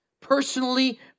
personally